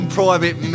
private